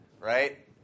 right